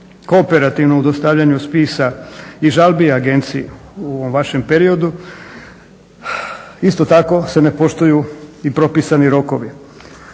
kooperativna u dostavljanju spisa i žalbi Agenciji u ovom vašem periodu. Isto tako se ne poštuju i propisani rokovi.